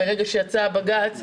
ברגע שיצא בג"ץ,